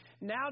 now